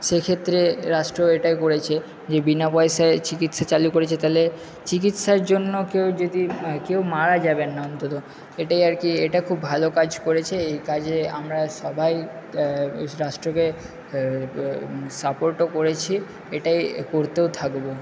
সেক্ষেত্রে রাষ্ট্র এটাই করেছে যে বিনা পয়সায় চিকিৎসা চালু করেছে তালে চিকিৎসার জন্য কেউ যদি কেউ মারা যাবেন না অন্তত এটাই আর কি এটা খুব ভালো কাজ করেছে এই কাজে আমরা সবাই রাষ্ট্রকে সাপোর্টও করেছি এটাই করতেও থাকবো